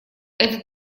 это